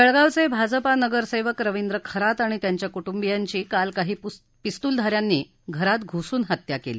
जळगावचे भाजपा नगरसेवक रविंद्र खरात आणि त्यांच्या कुटुंबियाची काल काही पिस्तुलधा यांनी घरात घुसून हत्या केली